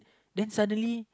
then suddenly